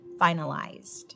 finalized